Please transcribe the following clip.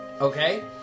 Okay